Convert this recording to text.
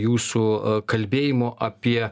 jūsų kalbėjimo apie